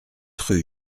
rue